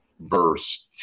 verse